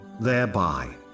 thereby